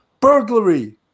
burglary